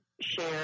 share